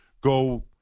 go